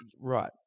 Right